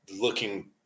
looking